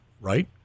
Right